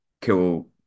kill